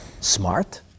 smart